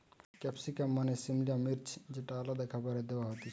capsicum মানে সিমলা মির্চ যেটা আলাদা খাবারে দেয়া হতিছে